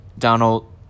Donald